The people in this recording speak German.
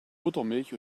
buttermilch